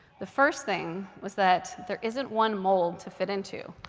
the first thing was that there isn't one mold to fit into.